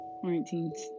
quarantine's